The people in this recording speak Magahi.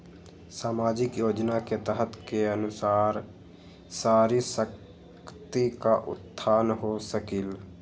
सामाजिक योजना के तहत के अनुशार नारी शकति का उत्थान हो सकील?